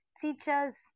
teachers